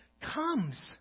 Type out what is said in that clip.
comes